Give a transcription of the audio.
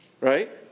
right